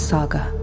Saga